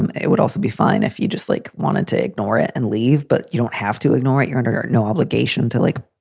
and it would also be fine if you just, like, wanted to ignore it and leave. but you don't have to ignore it. you're under and no obligation to, like,